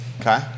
Okay